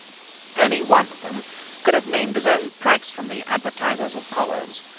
any one of them could have named his own price from the advertisers of collars.